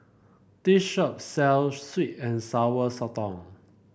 this shop sells sweet and Sour Sotong